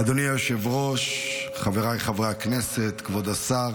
אדוני היושב ראש, חבריי חברי הכנסת, כבוד השר,